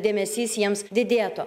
dėmesys jiems didėtų